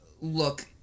look